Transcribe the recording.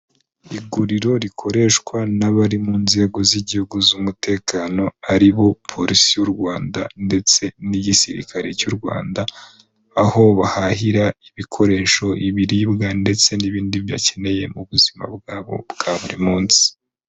Iguriro rikoreshwa n'abari mu nzego z'igihugu z'umutekano ari bo polisi y'u Rwanda ndetse n'igisirikare cy'u Rwanda, aho bahahira ibikoresho, ibiribwa ndetse n'ibindi bakeneye mu buzima bwabo bwa buri munsi.